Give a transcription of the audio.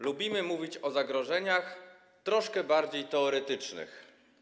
Lubimy mówić o zagrożeniach troszkę bardziej teoretycznych.